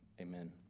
amen